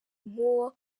nk’uwo